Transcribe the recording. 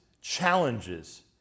challenges